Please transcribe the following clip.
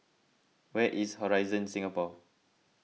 where is Horizon Singapore